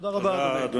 תודה רבה, אדוני.